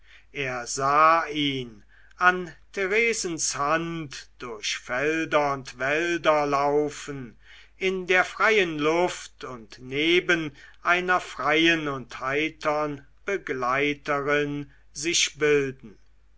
er sah ihn an theresens hand durch felder und wälder laufen in der freien luft und neben einer freien und heitern begleiterin sich bilden